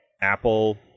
Apple